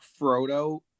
Frodo